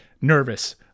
nervous